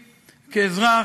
כאזרח,